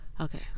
Okay